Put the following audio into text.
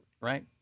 Right